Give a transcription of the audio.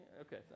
okay